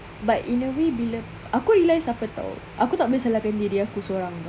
but in a way bila aku realise apa [tau] aku tak boleh salah kan diri aku sorang [tau]